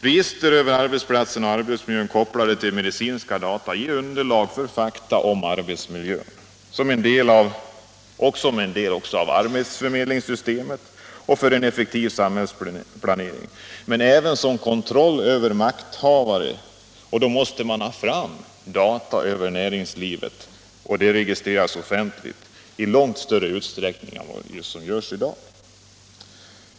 Register över arbetsplatser och arbetsmiljö, kopplade till medicinska data, ger underlag för fakta om arbetsmiljön, för arbetsförmedlingsystemet, för en effektiv samhällsplanering och även för kontroll över makthavarna. För det måste vi ha fram data om näringslivet och registrera uppgifterna offentligt i långt större utsträckning än vad som sker i dag.